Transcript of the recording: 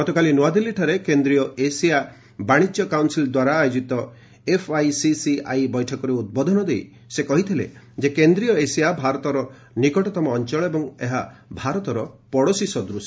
ଗତକାଲି ନୂଆଦିଲ୍ଲୀଠାରେ କେନ୍ଦ୍ରୀୟ ଏସିଆ ବାଣିଜ୍ୟ କାଉନ୍ସିଲ ଦ୍ୱାରା ଆୟୋଜିତ ଏଫ୍ଆଇସିସିଆଇ ବୈଠକରେ ଉଦ୍ବୋଧନ ଦେଇ ସେ କହିଥିଲେ ଯେ କେନ୍ଦ୍ରୀୟ ଏସିଆ ଭାରତର ନିକଟତମ ଅଞ୍ଚଳ ଏବଂ ଏହା ଭାରତର ପଡ଼ୋଶୀ ସଦୂଶ